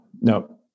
no